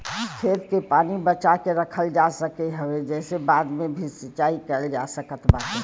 खेत के पानी बचा के रखल जा सकत हवे जेसे बाद में भी सिंचाई कईल जा सकत बाटे